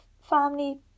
family